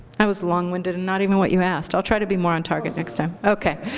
i was long-winded and not even what you asked. i'll try to be more on target next time. ok.